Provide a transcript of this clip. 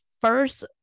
first